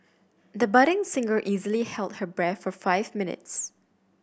the budding singer easily held her breath for five minutes